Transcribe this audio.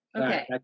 Okay